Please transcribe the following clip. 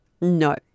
No